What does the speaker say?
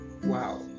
Wow